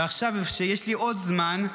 ועכשיו כשיש לי עוד זמן,